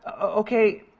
Okay